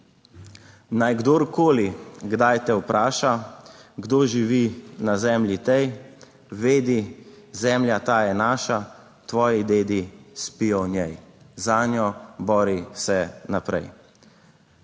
"Naj kdorkoli kdaj te vpraša, kdo živi na zemlji tej, vedi Zemlja ta je naša, tvoji dedi spijo v njej, zanjo bori se naprej."